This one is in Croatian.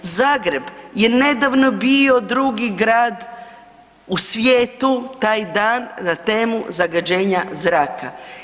Zagreb je nedavno bio drugi grad u svijetu taj dan na temu „zagađenja zraka“